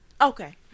Okay